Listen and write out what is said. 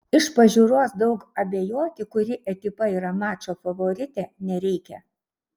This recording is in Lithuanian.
iš pažiūros daug abejoti kuri ekipa yra mačo favoritė nereikia